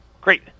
Great